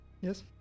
Yes